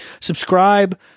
subscribe